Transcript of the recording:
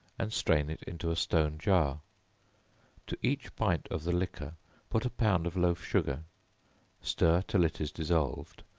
and strain it into a stone jar to each pint of the liquor put a pound of loaf sugar stir till it is dissolved,